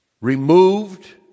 removed